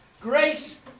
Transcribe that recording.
Grace